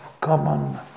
common